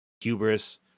hubris